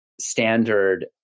standard